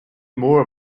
more